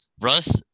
Russ